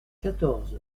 quatorze